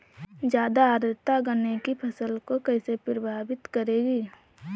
ज़्यादा आर्द्रता गन्ने की फसल को कैसे प्रभावित करेगी?